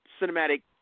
cinematic